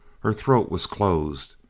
her throat was closed.